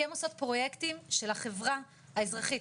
כי הן עושות פרויקטים של החברה האזרחית,